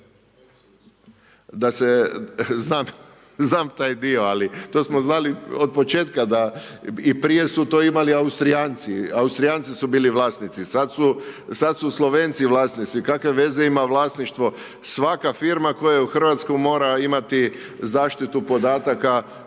skidaju, znam taj dio, ali to smo znali od početka da, i prije su to imali Austrijanci. Austrijanci su bili vlasnici, sada su Slovenci vlasnici, kakve veze ima vlasništvo, svaka firma koja je u RH mora imati zaštitu podataka